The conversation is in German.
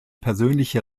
persönliche